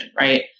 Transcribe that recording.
right